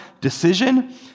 decision